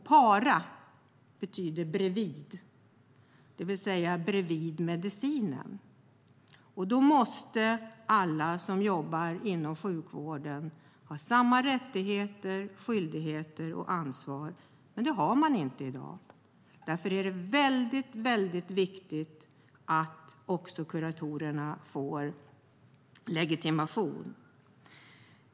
"Para" betyder bredvid, det vill säga bredvid medicinen. Alla som jobbar inom sjukvården måste ha samma rättigheter, skyldigheter och ansvar. Men det har de inte i dag. Därför är det väldigt viktigt att också kuratorerna får legitimation.